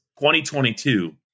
2022